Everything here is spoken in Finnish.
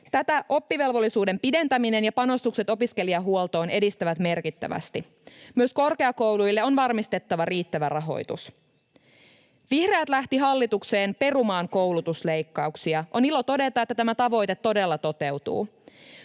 Tätä oppivelvollisuuden pidentäminen ja panostukset opiskelijahuoltoon edistävät merkittävästi. Myös korkeakouluille on varmistettava riittävä rahoitus. Vihreät lähtivät hallitukseen perumaan rajuja koulutusleikkauksia. On ilo todeta, että tämä tavoite todella toteutuu.